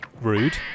Rude